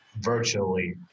virtually